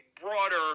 broader